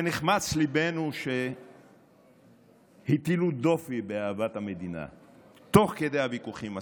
ונחמץ ליבנו כשהטילו דופי באהבת המדינה שלך תוך כדי הוויכוחים הסוערים.